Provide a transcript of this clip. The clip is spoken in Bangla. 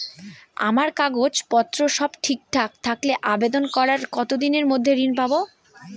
আমার কাগজ পত্র সব ঠিকঠাক থাকলে আবেদন করার কতদিনের মধ্যে ঋণ পাব?